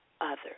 others